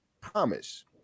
promise